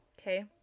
Okay